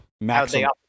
Maximum